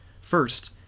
First